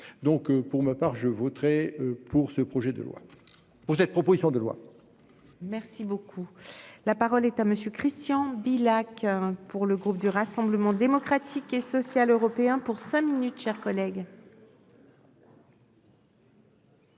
Donc pour ma part, je voterai pour ce projet de loi pour cette proposition de loi.-- Merci beaucoup. La parole est à monsieur Christian Bauby. Pour le groupe du Rassemblement démocratique et social européen pour cinq minutes, chers collègues.